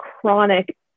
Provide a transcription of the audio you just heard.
chronic